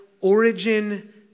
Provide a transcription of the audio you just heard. origin